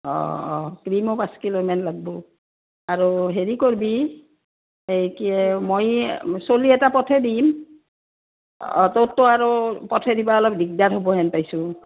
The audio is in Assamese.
অঁ অঁ ক্ৰীমো পাঁচ কিলো মান লাগব আৰু হেৰি কৰবি এই কি মই চলি এটা পথেই দিম অঁ ত'ততো আৰু পথে দিবা অলপ দিগদাৰ হ'বহেন পাইছোঁ